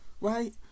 right